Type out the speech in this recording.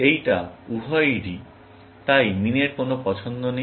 এইটা উভয়েই D তাই মিনের কোন পছন্দ নেই